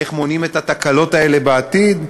איך מונעים את התקלות האלה בעתיד?